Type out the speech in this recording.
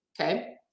okay